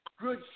good